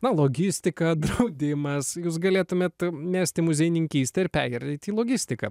na logistika draudimas jūs galėtumėt mesti muziejininkystę ir pereiti į logistiką